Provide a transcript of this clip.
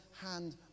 hand